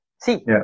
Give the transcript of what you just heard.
See